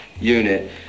unit